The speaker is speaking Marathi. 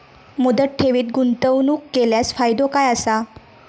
मुदत ठेवीत गुंतवणूक केल्यास फायदो काय आसा?